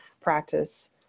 practice